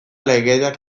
legediak